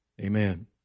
amen